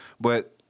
but-